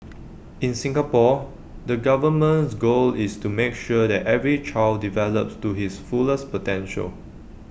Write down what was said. in Singapore the government's goal is to make sure that every child develops to his fullest potential